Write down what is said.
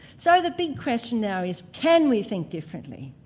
so the big question now is, can we think differently?